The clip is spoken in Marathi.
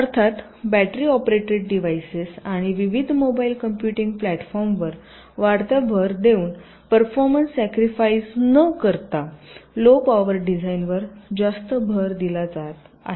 अर्थातच बॅटरी ऑपरेटेड डिवाइसेस आणि विविध मोबाईल कॉम्पुटिंग प्लॅटफॉर्मवर वाढत्या भर देऊन परफॉर्मन्स सक्रिफाइस न करता लो पॉवर डिझाइनवर जास्त भर दिला जात आहे